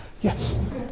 yes